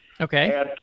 Okay